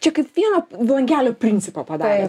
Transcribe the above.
čia kaip vieno langelio principą padarėt